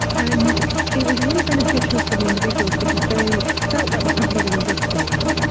and it was really beneficial for the individuals because they felt like the company was investing in them.